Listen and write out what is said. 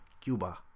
Cuba